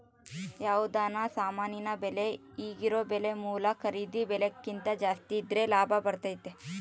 ಯಾವುದನ ಸಾಮಾನಿನ ಬೆಲೆ ಈಗಿರೊ ಬೆಲೆ ಮೂಲ ಖರೀದಿ ಬೆಲೆಕಿಂತ ಜಾಸ್ತಿದ್ರೆ ಲಾಭ ಬರ್ತತತೆ